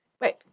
Wait